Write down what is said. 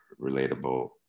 relatable